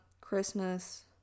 Christmas